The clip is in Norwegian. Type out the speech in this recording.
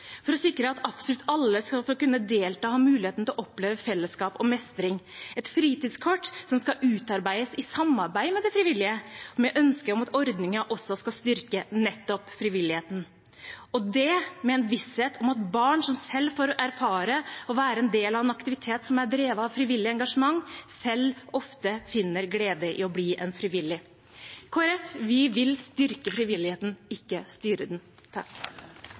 for å sikre at absolutt alle skal kunne få delta og ha muligheten til å oppleve fellesskap og mestring – et fritidskort som skal utarbeides i samarbeid med det frivillige, med ønske om at ordningen også skal styrke nettopp frivilligheten. Det skjer med en visshet om at barn som selv får erfare å være del av en aktivitet som er drevet av frivillig engasjement, selv ofte finner glede i å bli en frivillig. Kristelig Folkeparti vil styrke frivilligheten, ikke styre den.